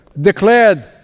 declared